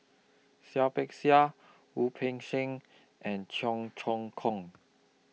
Seah Peck Seah Wu Peng Seng and Cheong Choong Kong